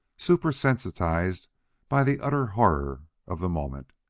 super-sensitized by the utter horror of the moment.